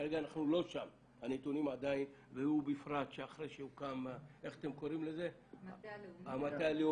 כרגע אנחנו לא שם ופרט אחרי שהוקם המטה הלאומי